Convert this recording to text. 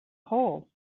hole